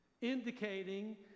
indicating